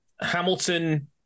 Hamilton